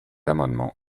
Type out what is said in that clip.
amendement